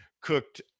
cooked